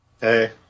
Hey